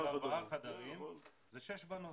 נכון, ולכן בדירה של ארבעה חדרים זה שש בנות.